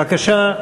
בבקשה,